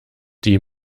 die